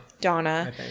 Donna